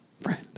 friend